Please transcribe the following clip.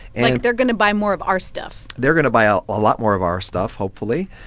and. like, they're going to buy more of our stuff they're going to buy ah a lot more of our stuff, hopefully.